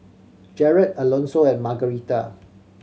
Jered Alonso and Margarita